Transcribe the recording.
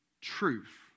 truth